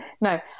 No